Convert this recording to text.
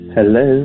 Hello